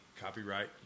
copyright